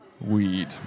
weed